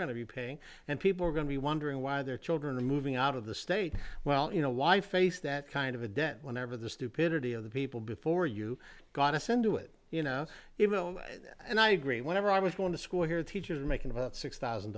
going to be paying and people are going to be wondering why their children are moving out of the state well you know why face that kind of a debt whenever the stupidity of the people before you got us into it you know even and i agree whenever i was going to school here teachers were making about six thousand